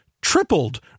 tripled